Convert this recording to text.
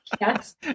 Yes